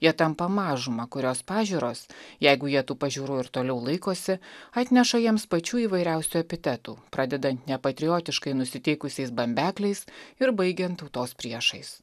jie tampa mažuma kurios pažiūros jeigu jie tų pažiūrų ir toliau laikosi atneša jiems pačių įvairiausių epitetų pradedant nepatriotiškai nusiteikusiais bambekliais ir baigiant tautos priešais